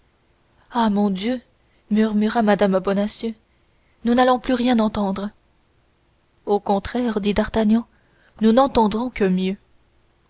ah mon dieu murmura mme bonacieux nous n'allons plus rien entendre au contraire dit d'artagnan nous n'entendrons que mieux